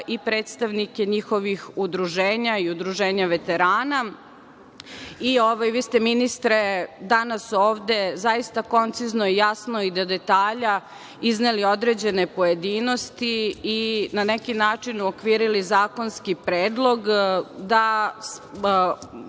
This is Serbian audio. i predstavnike njihovih udruženja i udruženje veterana. Vi ste, ministre, danas ovde zaista koncizno, jasno i do detalja izneli određene pojedinosti i na neki način uokvirili zakonski predlog, da